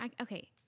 Okay